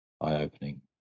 eye-opening